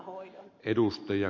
arvoisa puhemies